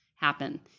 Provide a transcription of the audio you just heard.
happen